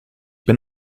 bin